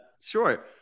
Sure